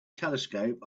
telescope